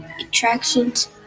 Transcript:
attractions